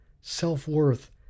self-worth